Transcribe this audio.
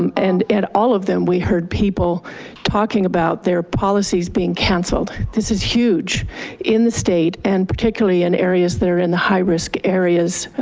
um and and all of them we heard people talking about their policies being canceled. this is huge in the state and particularly in areas that are in high risk areas,